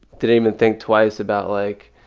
didn't even think twice about, like,